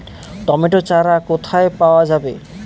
Tomato চারা কোথায় পাওয়া যাবে?